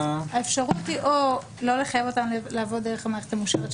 האפשרות היא או לא לחייב אותם לעבור דרך המערכת המאושרת,